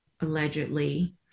allegedly